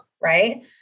right